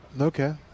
Okay